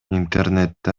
интернетте